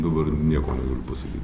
dabar nieko negaliu pasakyt